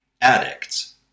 addicts